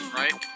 right